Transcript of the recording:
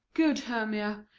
good hermia,